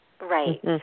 Right